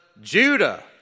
Judah